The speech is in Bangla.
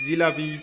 জিলিপি